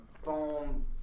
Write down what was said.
phone